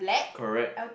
correct